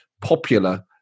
popular